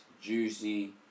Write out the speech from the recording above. Juicy